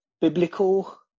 biblical